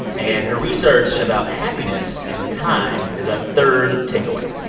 and her research about happiness and time is our third takeaway,